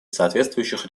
соответствующих